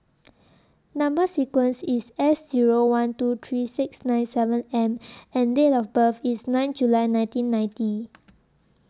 Number sequence IS S Zero one two three six nine seven M and Date of birth IS nine July nineteen ninety